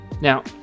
Now